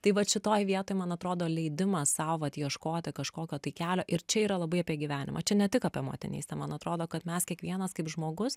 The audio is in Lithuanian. tai vat šitoj vietoj man atrodo leidimas sau vat ieškoti kažkokio tai kelio ir čia yra labai apie gyvenimą čia ne tik apie motinystę man atrodo kad mes kiekvienas kaip žmogus